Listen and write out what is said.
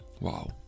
Wow